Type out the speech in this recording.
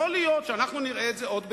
יכול להיות שאנחנו נראה את זה עוד בימינו,